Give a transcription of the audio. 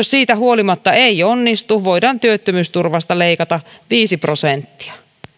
siitä huolimatta ei onnistu voidaan työttömyysturvasta leikata viisi prosenttia